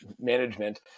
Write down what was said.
management